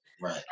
Right